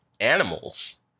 animals